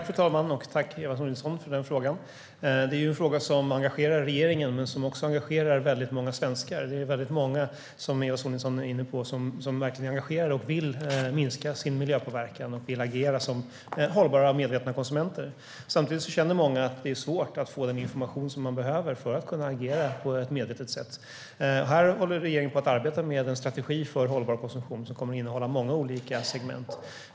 Fru talman! Tack, Eva Sonidsson, för frågan. Det är en fråga som engagerar regeringen och som också engagerar väldigt många svenskar. Som Eva Sonidsson är inne på är det väldigt många som verkligen är engagerade, vill minska sin miljöpåverkan och agera hållbart som medvetna konsumenter. Samtidigt känner många att det är svårt att få den information som de behöver för att kunna agera på ett medvetet sätt. Här håller regeringen på att arbeta med en strategi för hållbar konsumtion som kommer att innehålla många olika segment.